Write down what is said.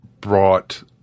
brought